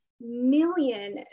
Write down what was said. million